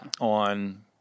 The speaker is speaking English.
on